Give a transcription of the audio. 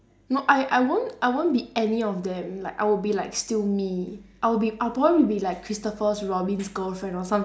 no I I won't I won't be any of them like I will be like still me I'll be I'll probably be like christopher-robin's girlfriend or some